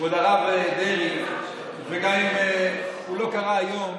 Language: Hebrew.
כבוד הרב דרעי, וגם אם הוא לא קרה היום,